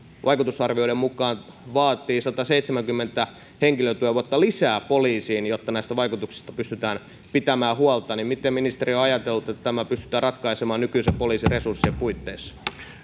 vaikutusarvioiden mukaan vaatii sataseitsemänkymmentä henkilötyövuotta lisää poliisiin jotta näistä vaikutuksista pystytään pitämään huolta miten ministeri on ajatellut että tämä pystytään ratkaisemaan nykyisten poliisin resurssien puitteissa